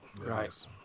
Right